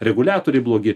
reguliatoriai blogi